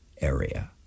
area